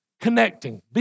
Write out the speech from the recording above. connecting